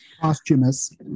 Posthumous